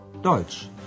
Deutsch